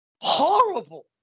Horrible